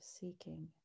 seeking